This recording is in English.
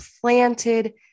planted